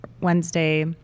Wednesday